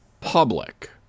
public